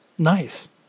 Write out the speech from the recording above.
nice